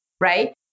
right